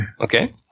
Okay